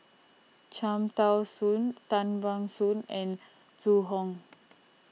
Cham Tao Soon Tan Ban Soon and Zhu Hong